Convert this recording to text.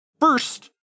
first